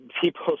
people